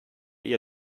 ihr